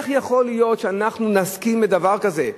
איך יכול להיות שאנחנו נסכים לדבר כזה?